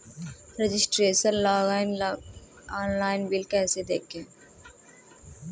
Registration login online bill कैसे देखें?